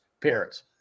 parents